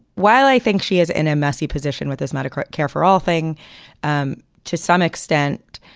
while i think she is in a messy position with this medical care for all thing um to some extent,